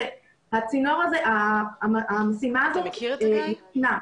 המשימה הזאת ישנה.